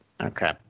Okay